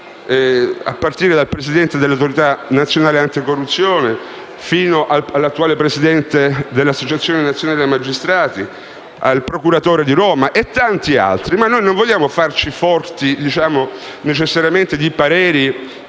a partire dal presidente dell'Autorità nazionale anticorruzione, fino all'attuale presidente dell'Associazione nazionale magistrati, al procuratore di Roma e tanti altri. Noi non vogliamo farci necessariamente forti di pareri